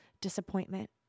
disappointment